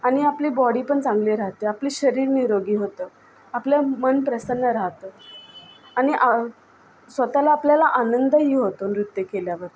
आणि आपली बॉडी पण चांगली राहते आपले शरीर निरोगी होतं आपलं मन प्रसन्न राहतं आणि स्वतःला आपल्याला आनंदही होतो नृत्य केल्यावर